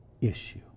issue